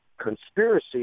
conspiracy